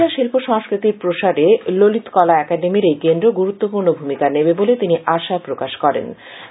ত্রিপুরা শিল্প সংস্কৃতির প্রসারে ললিত কলা একাডেমীর এই কেন্দ্র গুরুত্বপূর্ণ ভূমিকা নেবে বলে তিনি আশা প্রকাশ করেন